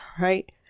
right